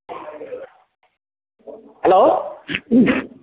hello